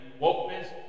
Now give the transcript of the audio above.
wokeness